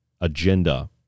agenda